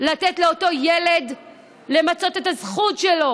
לתת לאותו ילד למצות את הזכות שלו